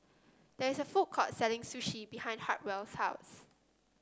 there is a food court selling Sushi behind Hartwell's house